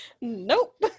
Nope